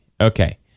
Okay